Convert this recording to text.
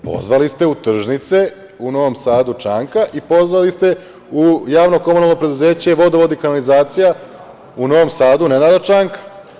Pozvali ste u tržnice, u Novom Sadu, Čanka i pozvali ste u Javno komunalno preduzeće vodovod i kanalizacija, u Novom Sadu Nenada Čanka.